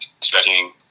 stretching